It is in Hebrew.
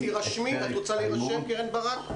את רוצה להירשם, קרן ברק?